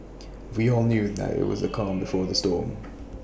we all knew that IT was the calm before the storm